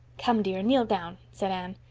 come, dear, kneel down, said anne.